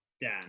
Dan